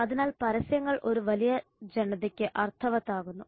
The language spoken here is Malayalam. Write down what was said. അതിനാൽ പരസ്യങ്ങൾ ഒരു വലിയ ജനതയ്ക്ക് അർത്ഥവത്താകുന്നു